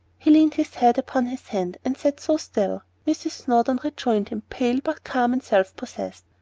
he leaned his head upon his hand, and sat so still mrs. snowdon rejoined him, pale, but calm and self-possessed.